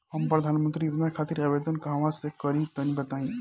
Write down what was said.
हम प्रधनमंत्री योजना खातिर आवेदन कहवा से करि तनि बताईं?